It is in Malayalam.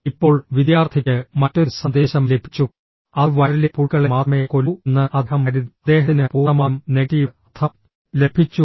ഇപ്പോൾ വിദ്യാർത്ഥിക്ക് മറ്റൊരു സന്ദേശം ലഭിച്ചു അത് വയറിലെ പുഴുക്കളെ മാത്രമേ കൊല്ലൂ എന്ന് അദ്ദേഹം കരുതി അദ്ദേഹത്തിന് പൂർണ്ണമായും നെഗറ്റീവ് അർത്ഥം ലഭിച്ചു